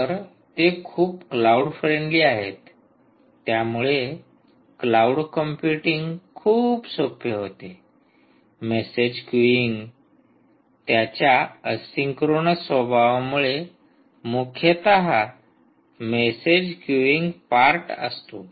तर ते खूप क्लाऊड फ्रेंडली आहेत त्यामुळे क्लाऊड कॉम्प्युटिंग खूप सोपे होते मेसेज क्यूईंग त्याच्या असिंक्रोनस स्वभावामुळे मुख्यतः मेसेज क्यूईंग पार्ट असतो